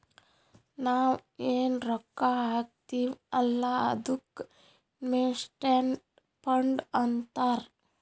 ನಾವ್ ಎನ್ ರೊಕ್ಕಾ ಹಾಕ್ತೀವ್ ಅಲ್ಲಾ ಅದ್ದುಕ್ ಇನ್ವೆಸ್ಟ್ಮೆಂಟ್ ಫಂಡ್ ಅಂತಾರ್